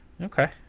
Okay